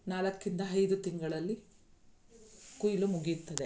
ನಾಲ್ಕರಿಂದ ಐದು ತಿಂಗಳಲ್ಲಿ ಕೊಯ್ಲು ಮುಗಿಯುತ್ತದೆ